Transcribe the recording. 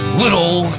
little